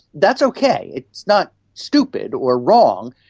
that's okay, it's not stupid or wrong,